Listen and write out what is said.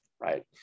right